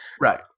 Right